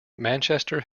manchester